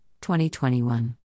2021